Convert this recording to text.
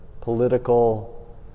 political